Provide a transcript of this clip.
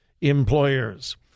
employers